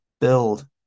build